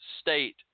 state